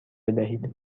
بدهید